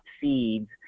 seeds